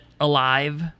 alive